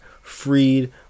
freed